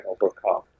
overcome